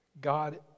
God